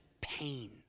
pain